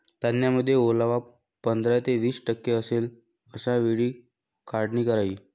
धान्यामध्ये ओलावा पंधरा ते वीस टक्के असेल अशा वेळी काढणी करावी